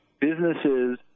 businesses